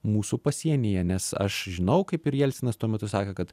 mūsų pasienyje nes aš žinau kaip ir jelcinas tuo metu sakė kad